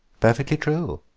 perfectly true.